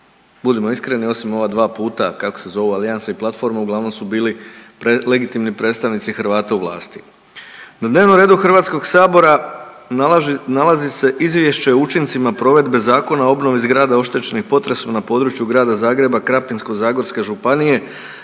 budimo iskreni osim ova dva puta kako se zovu, alijansa i platforma uglavnom su bili legitimni predstavnici Hrvata u vlasti. Na dnevnom redu HS nalazi se izvješće o učincima provedbe Zakona o obnovi zgrada oštećenih potresom na području Grada Zagreba, Krapinsko-zagorske županije,